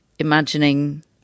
Imagining